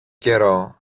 καιρό